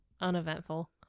uneventful